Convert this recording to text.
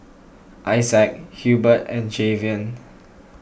Isaac Hubert and Jayvon